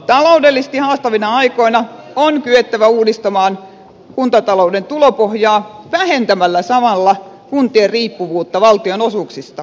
taloudellisesti haastavina aikoina on kyettävä uudistamaan kuntatalouden tulopohjaa vähentämällä samalla kuntien riippuvuutta valtionosuuksista